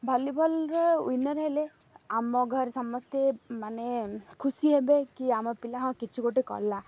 ଭଲିବଲ୍ର winner ହେଲେ ଆମ ଘରେ ସମସ୍ତେ ମାନେ ଖୁସି ହେବେକି ଆମ ପିଲା ହଁ କିଛି ଗୋଟେ କଲା